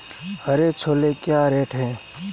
हरे छोले क्या रेट हैं?